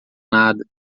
nada